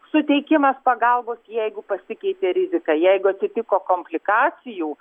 suteikimas pagalbos jeigu pasikeitė rizika jeigu atsitiko komplikacijų